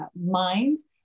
minds